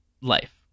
life